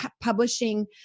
publishing